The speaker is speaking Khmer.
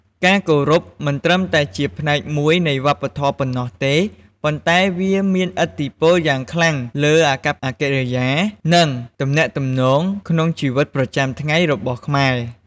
ការគោរពមិនត្រឹមតែជាផ្នែកមួយនៃវប្បធម៌ប៉ុណ្ណោះទេ ប៉ុន្តែវាមានឥទ្ធិពលយ៉ាងខ្លាំងលើអាកប្បកិរិយា និងទំនាក់ទំនងក្នុងជីវិតប្រចាំថ្ងៃរបស់ខ្មែរ។